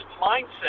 mindset